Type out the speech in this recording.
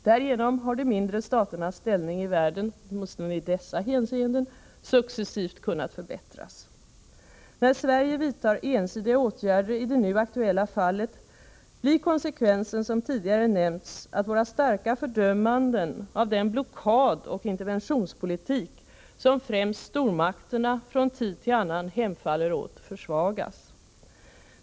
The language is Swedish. Därigenom har de mindre staternas ställning i världen, åtminstone i dessa hänseenden, successivt kunnat förbättras. När Sverige vidtar ensidiga åtgärder i det nu aktuella fallet, blir konsekvensen som tidigare nämnts att våra starka fördömanden av den blockadoch interventionspolitik som främst stormakterna från tid till annan hemfaller åt försvagas.